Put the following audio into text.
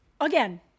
again